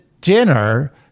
dinner